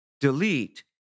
delete